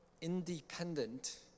independent